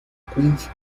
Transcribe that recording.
queens